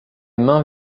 mains